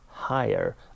higher